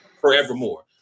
forevermore